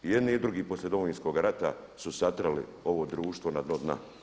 I jedni i drugi poslije Domovinskoga rata su satrali ovo društvo na dno dna.